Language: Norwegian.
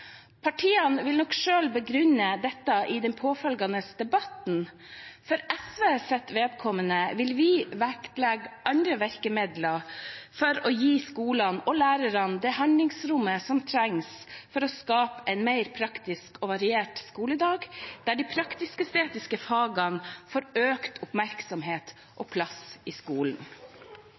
Partiene vil nok selv begrunne dette i den påfølgende debatten. For SVs vedkommende vil vi vektlegge andre virkemidler for å gi skolene og lærerne det handlingsrommet som trengs for å skape en mer praktisk og variert skoledag, der de praktisk-estetiske fagene får økt oppmerksomhet og plass i skolen.